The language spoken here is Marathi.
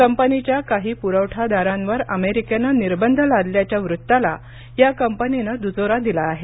कंपनीच्या काही पुरवठादारांवर अमेरिकेनं निर्बंध लादल्याच्या वृत्ताला या कंपनीनं दुजोरा दिला आहे